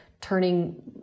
turning